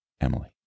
Emily